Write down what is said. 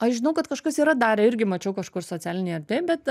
aš žinau kad kažkas yra darę irgi mačiau kažkur socialinėj erdvėj bet